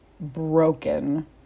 broken